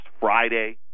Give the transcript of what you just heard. Friday